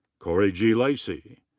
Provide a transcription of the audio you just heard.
corey g. lacey.